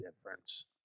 difference